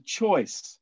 choice